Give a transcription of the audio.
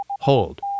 Hold